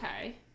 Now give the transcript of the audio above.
Okay